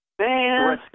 man